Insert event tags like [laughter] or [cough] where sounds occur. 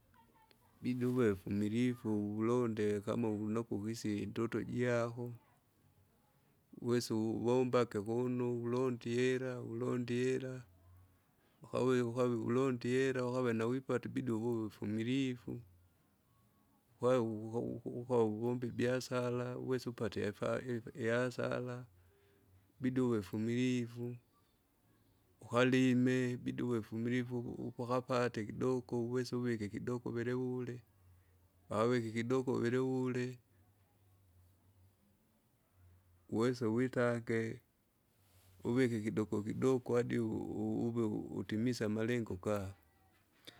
[noise] ibidi uwe mfumilifu uvulonde kama uvunakwe ukwisa indoto jako, uwesa uvombage kuno, ulondie ihera, ulondie ihera, akawi ukawi ulondi ihera, ukave nawipata ibidi uwe ufumilifu, kwae ukau- ukawa uvombe ibiasara uwesa upate aifa ifa isara. Ibidi uwe fumilifu, ukalime ibide uwe fumilifu ukuuku akapate kidoko uwese uvike ikidogo velevule, vawike ikidoko velewule, uwese witage, uvike ikidoko adi uve utimise aalengo gala.